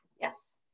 Yes